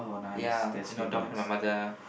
ya you know talk to my mother